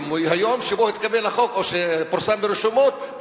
היום שבו התקבל החוק או שפורסם ברשומות,